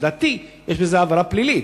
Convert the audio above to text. לדעתי יש בזה עבירה פלילית,